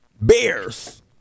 Bears